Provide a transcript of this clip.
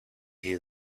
hear